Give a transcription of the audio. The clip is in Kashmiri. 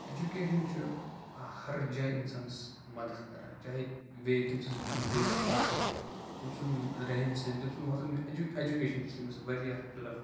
ایٚجُوکِیشَن چھُ آ ہَر جایہِ اِنسانَس مَدد کران چاہِے وے تٔمۍ سٕنٛز وے آف ٹاکِنٛگ تٔمۍ سُنٛد ریٚہن سیٚہن تٔمۍ سُنٛد وَتُھن بِہُن ایٚج ایٚجُوکیشَن تٔمِس واریاہ ہیٚلٕپ